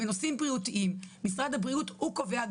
בנושאים בריאותיים משרד הבריאות הוא קובע,